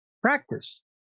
practice